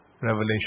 Revelation